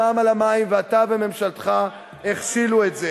המע"מ על המים ואתה וממשלתך הכשלתם את זה.